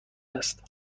است